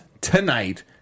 tonight